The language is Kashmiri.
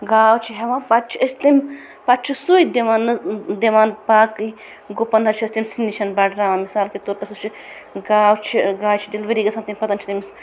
گاو چھِ ہٮ۪وان پَتہٕ چھِ أسۍ تٔمۍ پَتہٕ چھُ سُے دِوان حظ دِوان باقٕے گُپن حظ چھِ أسۍ تٔمسٕے نِش بٔڑراون مِثال کے طور پَر سُہ چھُ گاو چھِ گاوِ چھِ ڈِلؤری گژھان تمہِ پَتہٕ چھِ تٔمِس